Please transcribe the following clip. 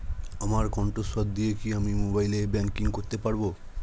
আমার কন্ঠস্বর দিয়ে কি আমি মোবাইলে ব্যাংকিং করতে পারবো?